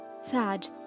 Sad